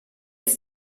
ist